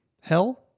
Hell